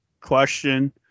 question